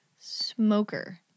smoker